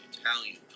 italian